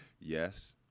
Yes